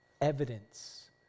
evidence